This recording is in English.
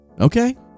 Okay